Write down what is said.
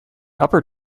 upper